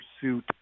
pursuit